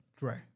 Right